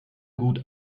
gut